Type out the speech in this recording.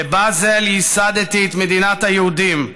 בבאזל ייסדתי את מדינת היהודים,